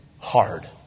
hard